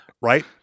right